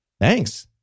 Thanks